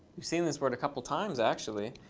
we've seen this word a couple times, actually.